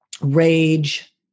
rage